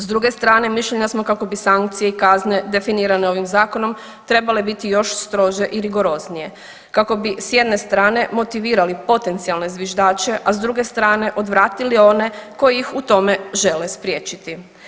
S druge strane mišljenja smo kako bi sankcije i kazne definirane ovim zakonom trebale biti još strože i rigoroznije, kako bi s jedne strane motivirali potencijalne zviždače, a s druge strane odvratili one koji ih u tome žele spriječiti.